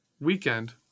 weekend